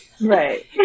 Right